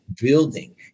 building